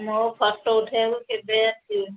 ମୋ ଫଟୋ ଉଠେଇବାକୁ କେବେ ଆସିବେ